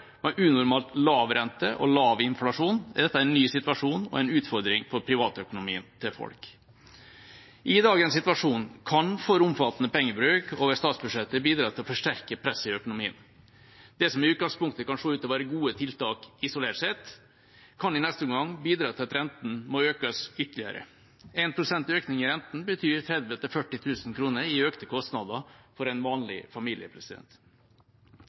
med unormalt lav rente og lav inflasjon er dette en ny situasjon og en utfordring for privatøkonomien til folk. I dagens situasjon kan for omfattende pengebruk over statsbudsjettet bidra til å forsterke presset på økonomien. Det som i utgangspunktet kan se ut til å være gode tiltak isolert sett, kan i neste omgang bidra til at renten må økes ytterligere. 1 pst. økning i renten betyr 30 000–40 000 kr i økte kostnader for en vanlig familie.